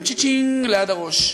עם "צ'יצ'ינג" ליד הראש: